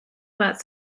about